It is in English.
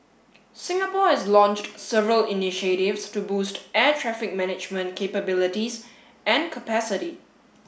Singapore has launched several initiatives to boost air traffic management capabilities and capacity